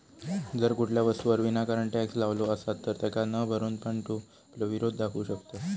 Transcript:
जर कुठल्या वस्तूवर विनाकारण टॅक्स लावलो असात तर तेका न भरून पण तू आपलो विरोध दाखवू शकतंस